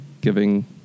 giving